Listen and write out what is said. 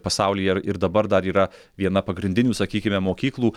pasaulyje ir ir dabar dar yra viena pagrindinių sakykime mokyklų